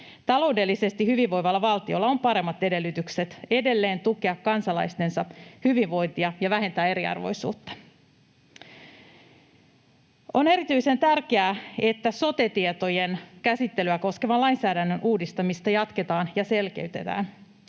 Taloudellisesti hyvinvoivalla valtiolla on paremmat edellytykset edelleen tukea kansalaistensa hyvinvointia ja vähentää eriarvoisuutta. On erityisen tärkeää, että sote-tietojen käsittelyä koskevan lainsäädännön uudistamista jatketaan ja selkeytetään.